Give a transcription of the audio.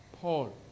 Paul